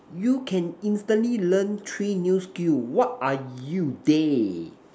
you can instantly learn three new skills what are you they